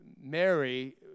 Mary